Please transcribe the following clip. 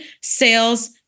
sales